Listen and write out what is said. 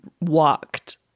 walked